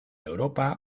europa